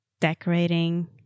decorating